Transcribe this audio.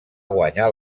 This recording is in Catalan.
guanyar